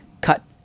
Cut